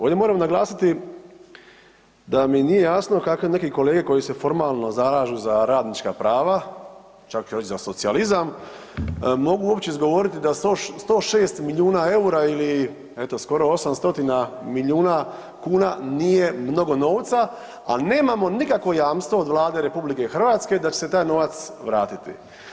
Ovdje moram naglasiti da mi nije jasno kako neki kolege koji se formalno zalažu za radnička prava, čak još za socijalizam, mogu uopće izgovoriti da 106 milijuna eura ili eto skoro 800 milijuna kuna nije mnogo novca, a nemamo nikakvo jamstvo od Vlade RH da će se taj novac vratiti.